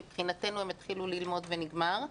מבחינתנו הם התחילו ללמוד ונגמר.